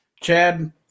Chad